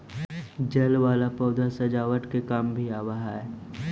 जल वाला पौधा सजावट के काम भी आवऽ हई